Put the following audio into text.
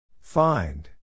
Find